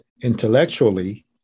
intellectually